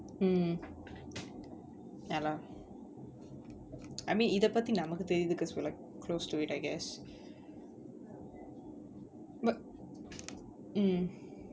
mm ya lah I mean இத பத்தி நமக்கு தெரியுது:itha pathi namakku theriyuthu because we're like close to it I guess but mm